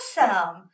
Awesome